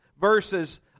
verses